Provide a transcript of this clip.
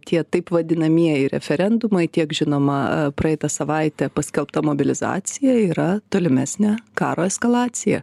tie taip vadinamieji referendumai tiek žinoma praeitą savaitę paskelbta mobilizacija yra tolimesė karo eskalacija